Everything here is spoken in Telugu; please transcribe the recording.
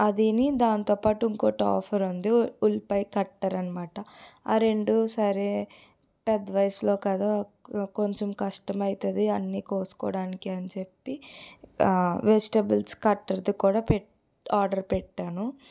దీని దానితో పాటు ఇంకొకటి ఆఫర్ ఉంది ఉల్లిపాయ కట్టర్ అనమాట ఆ రెండు సరే పెద్ద వయసులో కదా కొంచెం కష్టం అవుతుంది అన్ని కోసుకోడానికి అని చెప్పి వెజ్టేబుల్స్ కట్టర్ది కూడా పెట్ ఆర్డర్ పెట్టాను